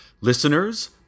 Listeners